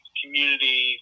community